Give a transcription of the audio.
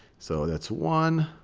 so, that's one,